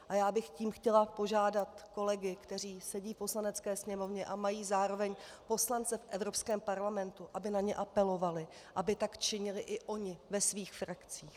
A já bych tím chtěla požádat kolegy, kteří sedí v Poslanecké sněmovně a mají zároveň poslance v Evropské parlamentu, aby na ně apelovali, aby tak činili i oni ve svých frakcích.